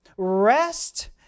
rest